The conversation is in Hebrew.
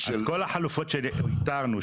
אז כל החלופות שאיתרנו,